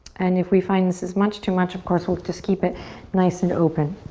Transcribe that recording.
and if we find this is much too much, of course, we'll just keep it nice and open.